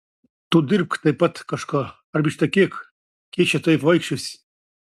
tu dirbk taip pat kažką arba ištekėk kiek čia taip vaikščiosi